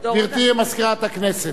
(קוראת בשמות חברי הכנסת) דורון אביטל,